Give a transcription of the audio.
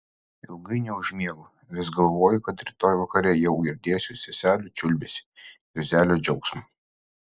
ilgai neužmiegu vis galvoju kad rytoj vakare jau girdėsiu seselių čiulbesį juozelio džiaugsmą